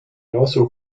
also